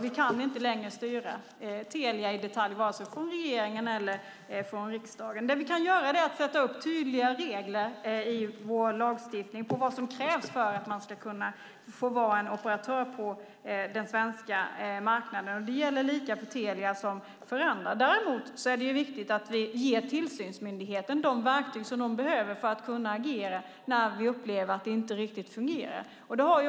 Vi kan således inte längre, vare sig från regeringens sida eller från riksdagens sida, i detalj styra Telia. Vad vi kan göra är att i vår lagstiftning ha tydliga regler om vad som krävs för att få vara en operatör på den svenska marknaden - samma för Telia som för andra. Dock är det viktigt att vi ger tillsynsmyndigheten de verktyg som den behöver för att kunna agera när vi upplever att det inte riktigt fungerar.